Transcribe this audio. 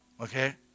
okay